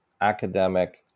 academic